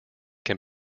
can